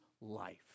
life